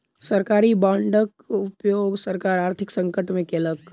सरकारी बांडक उपयोग सरकार आर्थिक संकट में केलक